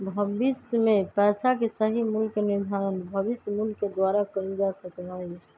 भविष्य में पैसा के सही मूल्य के निर्धारण भविष्य मूल्य के द्वारा कइल जा सका हई